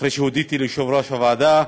אחרי שהודיתי ליושב-ראש הוועדה,